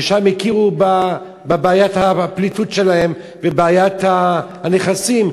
ששם הכירו בבעיית הפליטות שלהם ובבעיית הנכסים,